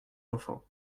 enfants